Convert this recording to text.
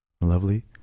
Lovely